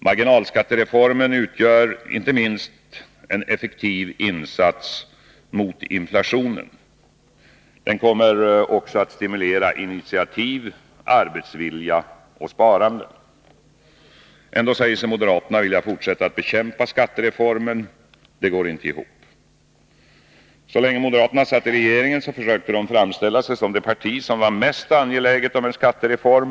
Marginalskattereformen utgör inte minst en effektiv insats mot inflationen. Den kommer också att stimulera initiativ, arbetsvilja och sparande, Ändå säger sig moderaterna vilja fortsätta att bekämpa skattereformen. Det går inte ihop. Så länge moderaterna satt i regeringen försökte de framställa sig som det parti som var mest angeläget om en skattereform.